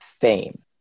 fame